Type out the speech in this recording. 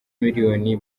miliyoni